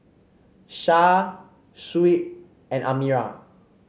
Syah Shuib and Amirah